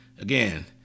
again